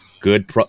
good